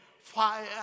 Fire